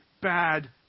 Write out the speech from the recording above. bad